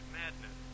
madness